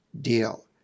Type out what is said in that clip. deal